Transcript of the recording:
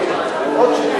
סיעודי),